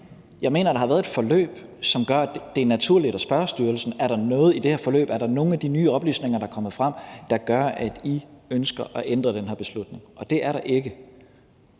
Jeg mener, at der har været et forløb, som gør, at det er naturligt at spørge styrelsen, om der er noget i det her forløb og om der er nogle af de nye oplysninger, der er kommet frem, der gør, at de ønsker at ændre den her beslutning. Og det er der ikke.